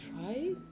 try